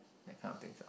that kind of things lah